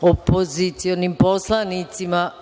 opozicionim poslanicima